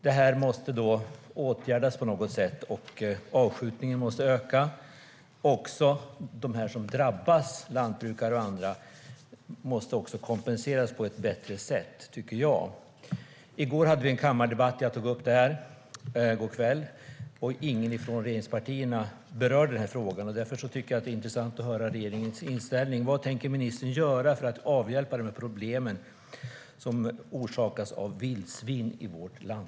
Det här måste åtgärdas på något sätt. Avskjutningen måste öka. Jag tycker även att de som drabbas, lantbrukare och andra, måste kompenseras på ett bättre sätt. I går kväll hade vi en kammardebatt där jag tog upp detta. Ingen från regeringspartierna berörde frågan, och därför tycker jag att det vore intressant att höra regeringens inställning. Vad tänker ministern göra för att avhjälpa de problem som orsakas av vildsvin i vårt land?